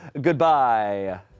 Goodbye